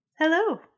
Hello